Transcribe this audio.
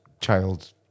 child